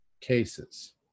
cases